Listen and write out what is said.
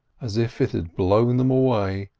as if it had blown them away,